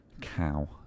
Cow